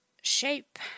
shape